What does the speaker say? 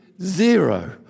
zero